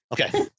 Okay